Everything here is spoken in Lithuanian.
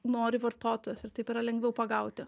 nori vartotojas ir taip yra lengviau pagauti